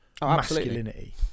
masculinity